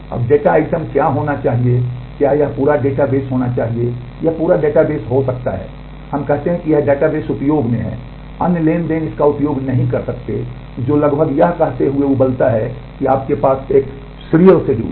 अब data item क्या होना चाहिए क्या यह पूरा डेटाबेस होना चाहिए यह पूरा डेटाबेस हो सकता है हम कहते हैं कि यह डेटाबेस उपयोग में है अन्य ट्रांज़ैक्शन इसका उपयोग नहीं कर सकते हैं जो लगभग यह कहते हुए उबलता है कि आपके पास एक सीरियल शेड्यूल है